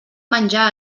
menjar